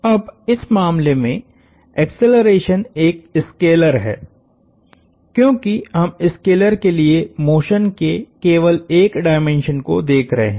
अब इस मामले में एक्सेलरेशन एक स्केलर है क्योंकि हम स्कलेर के लिए मोशन के केवल एक डायमेंशन को देख रहे हैं